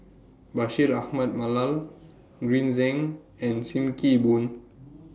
Bashir Ahmad Mallal Green Zeng and SIM Kee Boon